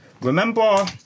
Remember